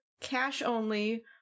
cash-only